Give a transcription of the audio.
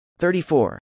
34